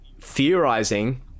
theorizing